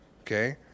Okay